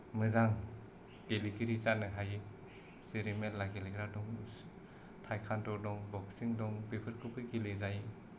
मोजां गेलेगिरि जानो हायो जेरै मेरला गेलेग्रा दं टायकान्ड' दं बक्सिं दं बेफोरखौबो गेलेजायो